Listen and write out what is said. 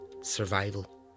survival